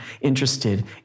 interested